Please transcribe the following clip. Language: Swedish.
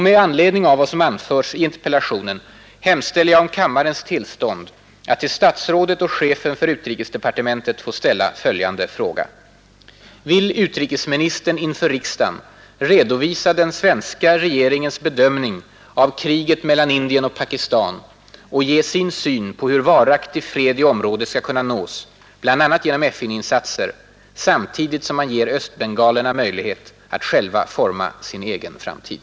Med anledning av vad som anförts hemställer jag om kammarens tillstånd att till statsrådet och chefen för utrikesdepartementet få ställa följande fråga: Vill utrikesministern inför riksdagen redovisa den svenska regeringens bedömning av kriget mellan Indien och Pakistan och ge sin syn på hur varaktig fred i området skall kunna nås — bl.a. genom FN-insatser — samtidigt som man ger östbengalerna möjlighet att själva forma sin egen framtid?